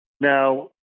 Now